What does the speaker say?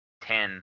Ten